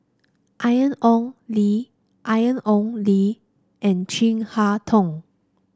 Ian Ong Li Ian Ong Li and Chin Harn Tong